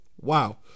Wow